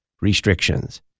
restrictions